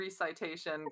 recitation